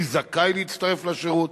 מי זכאי להצטרף לשירות,